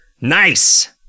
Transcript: Nice